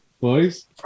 Boys